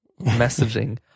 messaging